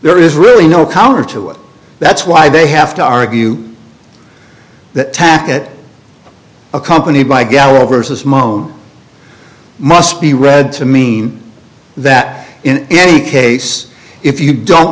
there is really no counter to it that's why they have to argue that tack it accompanied by gallo versus mon must be read to mean that in any case if you don't